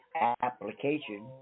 application